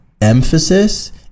emphasis